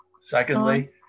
Secondly